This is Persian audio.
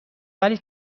ولی